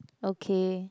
okay